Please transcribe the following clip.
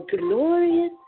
glorious